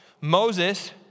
Moses